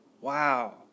wow